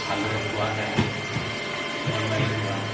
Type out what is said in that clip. ভালদৰে খোৱা নাই মন মাৰি থকা